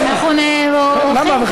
יש לנו הרגשה שאנחנו מפריעים.